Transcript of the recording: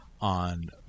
on